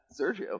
Sergio